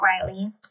quietly